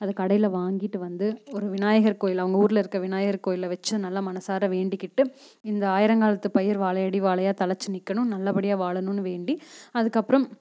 அதை கடையில் வாங்கிட்டு வந்து ஒரு விநாயகர் கோவில் அவங்க ஊரில் இருக்கற விநாயகர் கோவில்ல வச்சு நல்லா மனசார வேண்டிக்கிட்டு இந்த ஆயிரங்காலத்து பயிர் வாழையடி வாழையா தழைச்சி நிற்கணும் நல்லபடியாக வாழணுன்னு வேண்டி அதுக்கப்புறம்